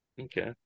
Okay